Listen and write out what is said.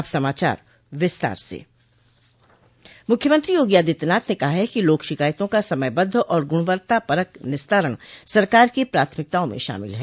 अब समाचार विस्तार से मुख्यमंत्री योगी आदित्यनाथ ने कहा है कि लोक शिकायतों का समयबद्ध और गुणवत्तापरक निस्तारण सरकार की प्राथमिकताओं में शामिल है